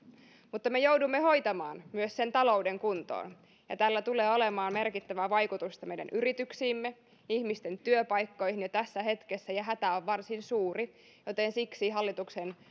mutta me joudumme hoitamaan myös sen talouden kuntoon ja tällä tulee olemaan merkittävää vaikutusta meidän yrityksiimme ihmisten työpaikkoihin tässä hetkessä ja hätä on varsin suuri joten siksi hallituksen